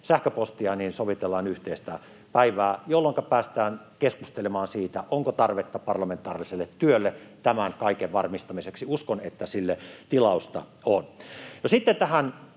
sähköpostia, niin sovitellaan yhteistä päivää, jolloinka päästään keskustelemaan siitä, onko tarvetta parlamentaariselle työlle tämän kaiken varmistamiseksi — uskon, että sille tilausta on. No sitten tähän